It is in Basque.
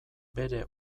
bere